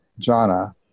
jhana